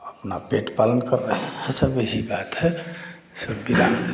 अपना पेट पालन कर रहे हैं सब यही बात है